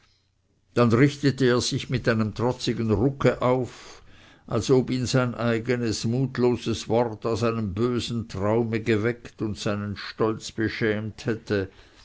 dann richtete er sich mit einem trotzigen rucke auf als ob ihn sein eigenes mutloses wort aus einem bösen traume geweckt und seinen stolz beschämt hätte